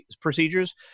procedures